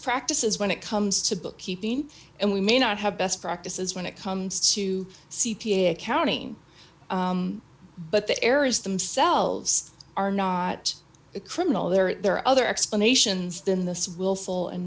practices when it comes to bookkeeping and we may not have best practices when it comes to c p a accounting but the areas themselves are not criminal there are other explanations then this will fall and